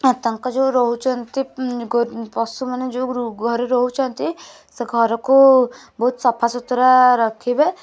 ତାଙ୍କ ଯେଉଁ ରହୁଛନ୍ତି ପଶୁ ମାନେ ଯେଉଁ ଘରେ ରହୁଛନ୍ତି ସେ ଘରକୁ ବହୁତ ସଫା ସୁତୁରା ରଖିବେ